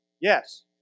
Yes